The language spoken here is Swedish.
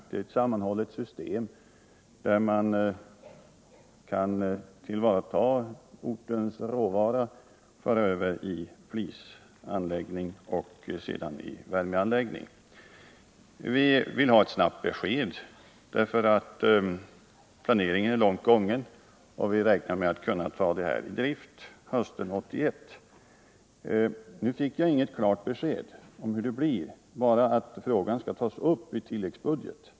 Den gäller ett sammanhållet system, där man kan tillvarata ortens råvara, föra över den i flisanläggning och sedan i värmeanläggning. Vi vill ha ett snabbt besked — planeringen är långt gången, och vi räknar med att kunna ta anläggningen i drift hösten 1981. Nu fick jag inget klart besked om hur det blir — bara att frågan skall tas upp i tilläggsbudget.